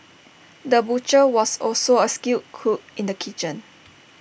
the butcher was also A skilled cook in the kitchen